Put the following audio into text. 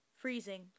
Freezing